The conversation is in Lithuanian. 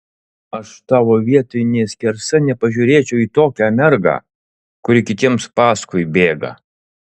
aš tavo vietoj nė skersa nepažiūrėčiau į tokią mergą kuri kitiems paskui bėga